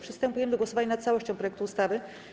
Przystępujemy do głosowania nad całością projektu ustawy.